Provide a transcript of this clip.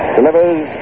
Delivers